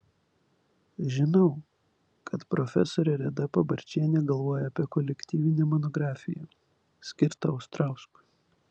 žinau kad profesorė reda pabarčienė galvoja apie kolektyvinę monografiją skirtą ostrauskui